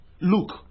look